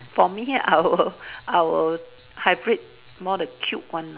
for me I will I will hybrid more the cute one ah